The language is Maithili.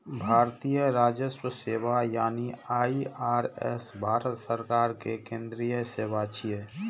भारतीय राजस्व सेवा यानी आई.आर.एस भारत सरकार के केंद्रीय सेवा छियै